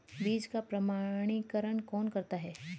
बीज का प्रमाणीकरण कौन करता है?